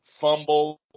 Fumble